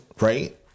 right